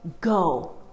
go